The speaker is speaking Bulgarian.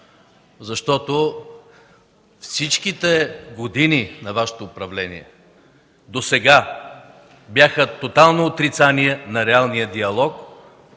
защото всичките години на Вашето управление досега бяха тотално отрицание на реалния диалог,